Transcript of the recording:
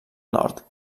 nord